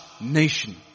nation